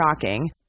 shocking